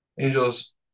Angels